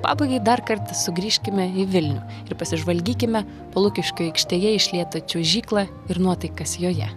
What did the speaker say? pabaigai dar kartą sugrįžkime į vilnių ir pasižvalgykime po lukiškių aikštėje išlietą čiuožyklą ir nuotaikas joje